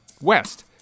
west